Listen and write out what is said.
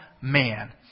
man